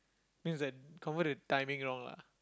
means that confirm the timing wrong lah